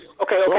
Okay